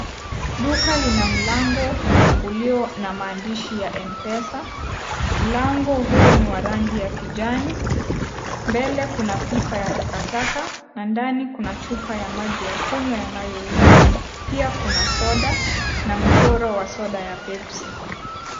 Duka lina mlango ulio na maandishi ya Mpesa. Mlango huu, ni wa rangi ya kijani. Mbele, kuna pipa ya takataka na ndani kuna chupa ya maji ya kunywa yanayouzwa. Pia, kuna soda na mchoro wa soda ya Pepsi.